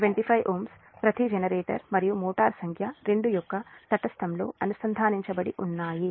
5 Ω ప్రతి జెనరేటర్ మరియు మోటారు సంఖ్య 2 యొక్క తటస్థంలో అనుసంధానించబడి ఉన్నాయి